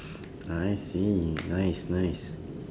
I see nice nice